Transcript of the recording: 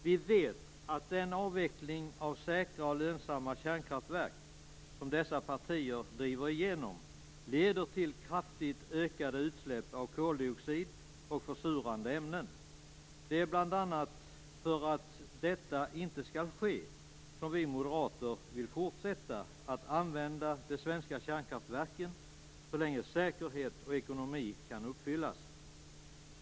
Vi vet att den avveckling av säkra och lönsamma kärnkraftverk som dessa partier driver igenom leder till kraftigt ökade utsläpp av koldioxid och försurande ämnen. Det är bl.a. för att detta inte skall ske som vi moderater vill fortsätta att använda de svenska kärnkraftverken så länge säkerhet och ekonomi kan uppfyllas.